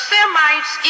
Semites